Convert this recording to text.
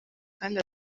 kandi